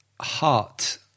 heart